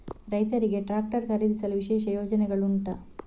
ರೈತರಿಗೆ ಟ್ರಾಕ್ಟರ್ ಖರೀದಿಸಲು ವಿಶೇಷ ಯೋಜನೆಗಳು ಉಂಟಾ?